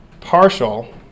partial